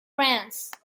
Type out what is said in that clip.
france